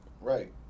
right